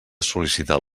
sol·licitar